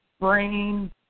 brain